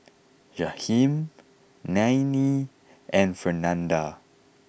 Jahiem Nanie and Fernanda